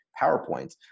PowerPoint